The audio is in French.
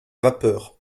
vapeur